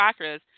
chakras